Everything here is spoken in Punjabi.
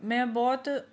ਮੈਂ ਬਹੁਤ